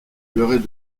pleurait